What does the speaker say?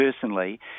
personally